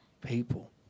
people